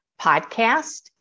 podcast